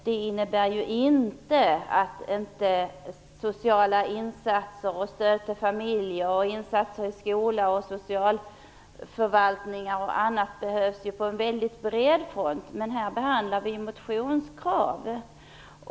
Det innebär ju inte att inte sociala insatser, stöd till familjer, insatser i skola och socialförvaltningar och annat skulle behövas på en väldigt bred front. Men här behandlar vi ju motionskrav.